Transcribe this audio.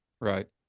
Right